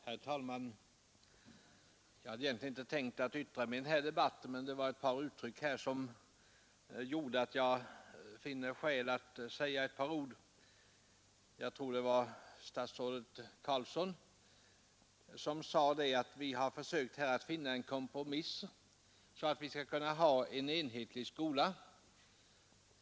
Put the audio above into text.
Herr talman! Jag hade egentligen inte tänkt yttra mig i den här debatten, men det var ett par uttryck som gör att jag finner skäl att säga några ord. Jag tror det var statsrådet Carlsson som sade att vi har försökt finna en kompromiss så att vi skalblkunna ha en enhetlig skola.